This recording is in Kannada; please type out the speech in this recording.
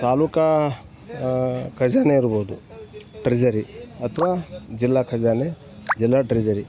ತಾಲ್ಲೂಕು ಖಜಾನೆ ಇರ್ಬೋದು ಟ್ರೆಜರಿ ಅಥವಾ ಜಿಲ್ಲಾ ಖಜಾನೆ ಜಿಲ್ಲಾ ಟ್ರೆಜರಿ